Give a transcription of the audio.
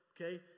Okay